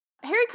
Harry